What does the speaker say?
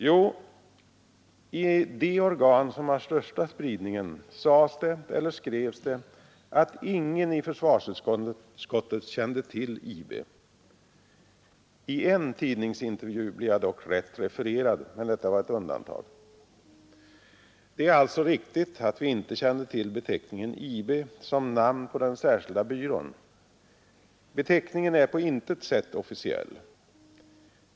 Jo, i de organ som har största spridningen sades eller skrevs det att ingen i försvarsutskottet kände till IB. I en tidningsintervju blev jag dock rätt refererad, men det var ett undantag. Det är alltså riktigt att vi inte kände till beteckningen IB som namn på den särskilda byrån. Beteckningen är på intet sätt officiell.